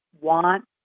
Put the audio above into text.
want